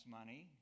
money